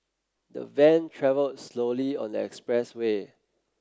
the van travelled slowly on the expressway